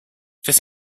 this